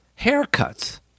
haircuts